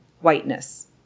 whiteness